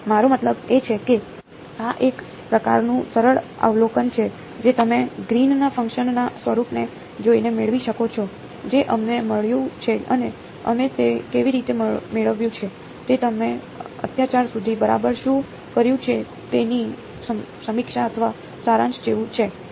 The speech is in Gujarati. મારો મતલબ એ છે કે આ એક પ્રકારનું સરળ અવલોકન છે જે તમે ગ્રીનના ફંક્શનના સ્વરૂપને જોઈને મેળવી શકો છો જે અમને મળ્યું છે અને અમે તે કેવી રીતે મેળવ્યું છે તે તમે અત્યાર સુધી બરાબર શું કર્યું છે તેની સમીક્ષા અથવા સારાંશ જેવું છે